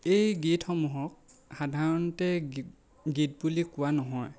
এই গীতসমূহক সাধাৰণতে গীত গীত বুলি কোৱা নহয়